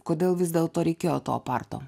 kodėl dėl to reikėjo to oparto